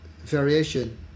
variation